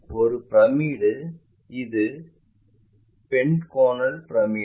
ஒரு பிரமிடு இது pentagonal pyramid